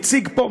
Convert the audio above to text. הציג פה,